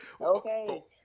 Okay